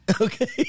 Okay